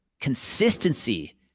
Consistency